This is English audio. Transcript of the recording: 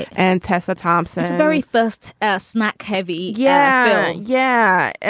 and tessa thompson's very first ah smack heavy yeah. yeah.